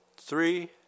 three